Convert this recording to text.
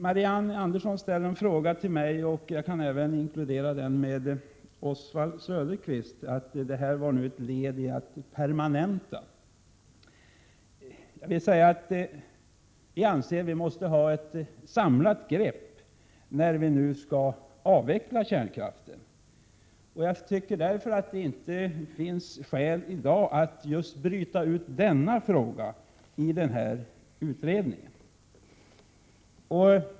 Marianne Andersson frågade mig om det framlagda förslaget var ett led i att permanenta skattebefrielse för avkopplingsbara elpannor. Jag vänder mig även till Oswald Söderqvist när jag säger att vi måste ta ett samlat grepp när det gäller att avveckla kärnkraften. Därför finns det inte skäl att i dag bryta ut denna fråga i utredningen.